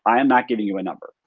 i am not giving you a number.